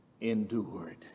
endured